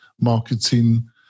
marketing